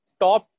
top